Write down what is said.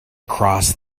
crossed